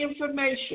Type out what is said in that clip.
information